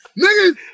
Niggas